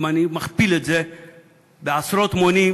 אם אני מכפיל את זה עשרות מונים,